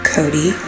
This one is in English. Cody